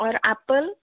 और एप्पल